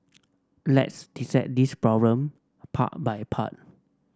let's dissect this problem part by part